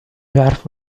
يعرف